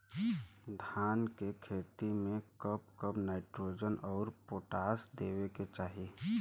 धान के खेती मे कब कब नाइट्रोजन अउर पोटाश देवे के चाही?